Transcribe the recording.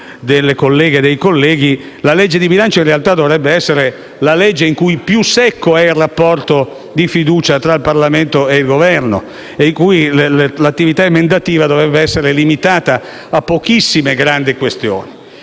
delle colleghe e dei colleghi - che la legge di bilancio in realtà dovrebbe essere la legge in cui più secco è il rapporto di fiducia tra Parlamento e Governo e in cui l'attività emendativa dovrebbe essere limitata a pochissime grandi questioni.